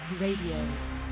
Radio